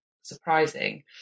surprising